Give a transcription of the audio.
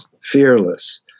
fearless